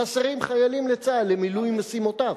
חסרים חיילים לצה"ל למילוי משימותיו.